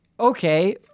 Okay